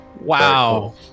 Wow